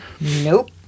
Nope